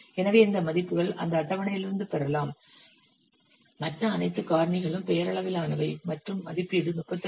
எனவே இந்த மதிப்புகள் அந்த அட்டவணையிலிருந்து பெறலாம் மற்ற அனைத்து காரணிகளும் பெயரளவிலானவை மற்றும் மதிப்பீடு 35